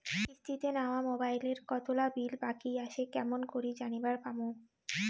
কিস্তিতে নেওয়া মোবাইলের কতোলা বিল বাকি আসে কেমন করি জানিবার পামু?